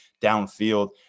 downfield